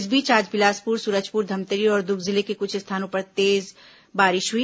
इस बीच आज बिलासपुर सूरजपुर धमतरी और दुर्ग जिले के कुछ स्थानों पर तेज बारिश हुई